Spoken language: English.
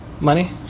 money